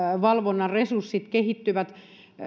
valvonnan resurssit kehittyvät